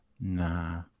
Nah